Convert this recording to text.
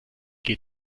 geht